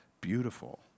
beautiful